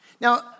Now